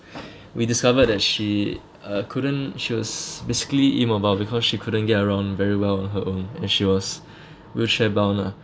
we discovered that she uh couldn't she was basically immobile because she couldn't get around very well on her own and she was wheelchair-bound lah